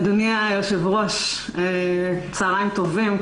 אדוני היושב-ראש, צוהריים טובים.